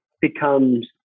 becomes